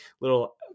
little